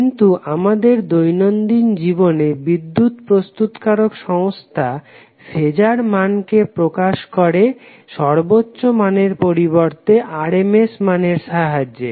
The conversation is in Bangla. কিন্তু আমাদের দৈনন্দিন জীবনে বিদ্যুৎ প্রস্তুতকারক সংস্থা ফেজার মানকে প্রকাশ করে সর্বোচ্চ মানের পরিবর্তে RMS মানের সাহায্যে